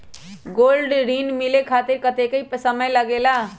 Gold ऋण मिले खातीर कतेइक समय लगेला?